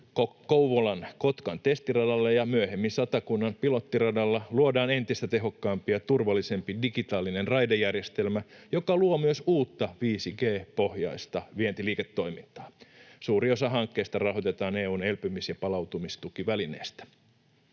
Kouvolan—Kotkan testiradalle ja myöhemmin Satakunnan pilottiradalle luodaan entistä tehokkaampi ja turvallisempi digitaalinen raidejärjestelmä, joka luo myös uutta 5G-pohjaista vientiliiketoimintaa. Suuri osa hankkeesta rahoitetaan EU:n elpymis- ja palautumistukivälineestä.